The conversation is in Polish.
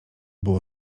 było